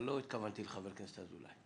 אבל לא התכוונתי לחבר הכנסת אזולאי.